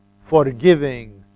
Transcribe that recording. forgiving